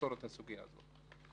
לפתור את הסוגיה הזאת.